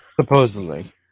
Supposedly